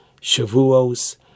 Shavuos